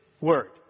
Word